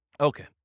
Okay